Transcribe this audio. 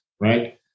right